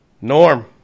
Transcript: Norm